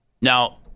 Now